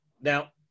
Now